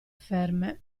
ferme